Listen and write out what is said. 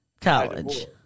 College